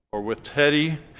or with teddy